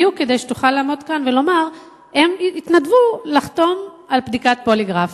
בדיוק כדי שתוכל לעמוד כאן ולומר שהם התנדבו לחתום על בדיקת פוליגרף.